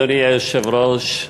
אדוני היושב-ראש,